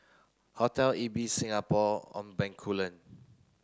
Hotel Ibis Singapore On Bencoolen